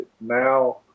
Now